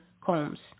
Combs